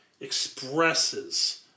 expresses